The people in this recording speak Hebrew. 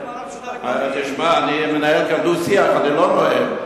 אני מנהל דו-שיח, אני לא נואם.